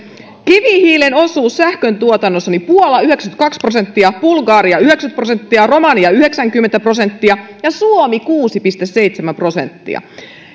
kivihiilen osuus sähkön tuotannossa puola yhdeksänkymmentäkaksi prosenttia bulgaria yhdeksänkymmentä prosenttia romania yhdeksänkymmentä prosenttia ja suomi kuusi pilkku seitsemän prosenttia